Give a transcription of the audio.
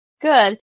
Good